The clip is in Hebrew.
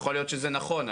יכול להיות שזה נכון,